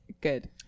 good